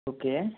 okay